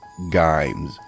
Gimes